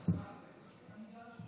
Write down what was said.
גם ככה דיברה שש